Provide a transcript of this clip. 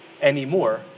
anymore